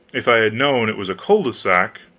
if i had known it was a cul de sac